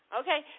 okay